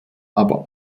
aber